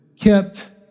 kept